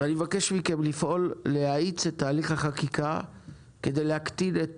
מבקש מכם להאיץ את תהליך החקיקה כדי להקטין את